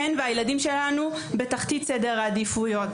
הן והילדים שלנו בתחתית סדר העדיפויות.